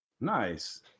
Nice